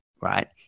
right